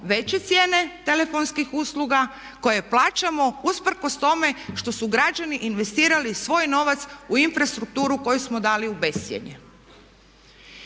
veće cijene telefonskih usluga koje plaćamo usprkos tome što su građani investirali svoj novac u infrastrukturu koju smo dali u bescjenje.